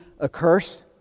accursed